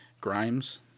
Grimes